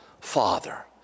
father